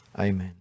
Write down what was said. amen